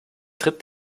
tritt